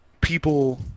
people